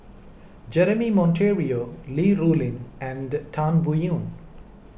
Jeremy Monteiro Li Rulin and Tan Biyun